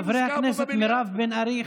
חברת הכנסת מירב בן ארי,